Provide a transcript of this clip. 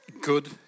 good